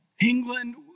England